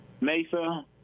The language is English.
Mesa